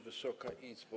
Wysoka Izbo!